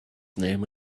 name